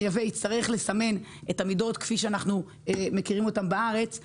מייבא יצטרך לסמן את המידות כפי שאנחנו מכירים אותן בארץ.